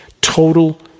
Total